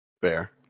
Fair